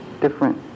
different